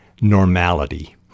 normality